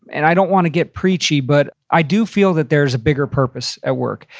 and i don't wanna get preachy, but i do feel that there's a bigger purpose at work.